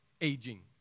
aging